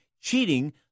cheating